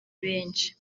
benshi